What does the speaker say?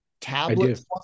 tablets